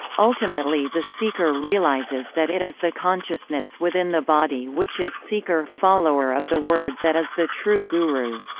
ultimately the seeker realises that it is the consciousness within the body which is seeker follower of the word that is the true guru.